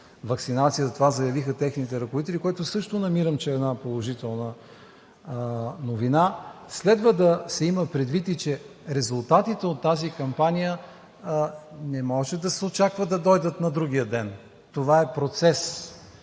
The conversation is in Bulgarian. ваксинацията. Това заявиха техните ръководители, което също намирам, че е една положителна новина. Следва да се има предвид и че резултатите от тази кампания не може да се очаква да дойдат на другия ден. Това е процес.